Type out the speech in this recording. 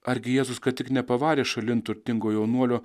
argi jėzus ką tik nepavarė šalin turtingo jaunuolio